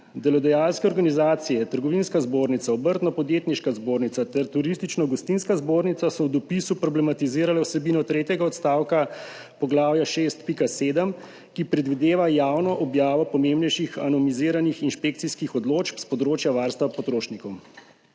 Delodajalske organizacije, Trgovinska zbornica Slovenije, Obrtno-podjetniška zbornica Slovenije ter Turistično gostinska zbornica Slovenije, so v dopisu problematizirale vsebino tretjega odstavka poglavja 6.7., ki predvideva javno objavo pomembnejših anonimiziranih inšpekcijskih odločb s področja varstva potrošnikov.